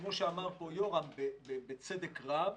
כמו שאמר יורם, בצדק רב,